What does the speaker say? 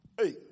Hey